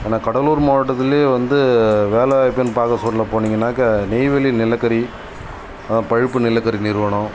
ஏன்னால் கடலூர் மாவட்டத்திலே வந்து வேலைவாய்ப்புன்னு பார்க்க சொல்ல போனீங்கன்னாக நெய்வேலி நிலக்கரி பழுப்பு நிலக்கரி நிறுவனம்